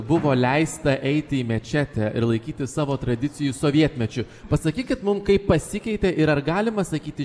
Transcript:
buvo leista eiti į mečetę ir laikytis savo tradicijų sovietmečiu pasakykit mum kaip pasikeitė ir ar galima sakyti